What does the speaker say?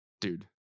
dude